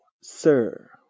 Sir